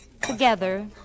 Together